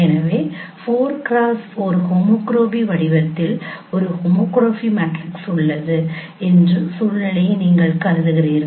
எனவே 4x4 ஹோமோகிராஃபி வடிவத்தில் ஒரு ஹோமோகிராபி மேட்ரிக்ஸ் உள்ளது என்ற சூழ்நிலையை நீங்கள் கருதுகிறீர்கள்